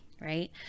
right